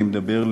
אני אומר,